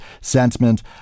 sentiment